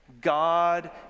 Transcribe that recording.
God